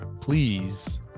please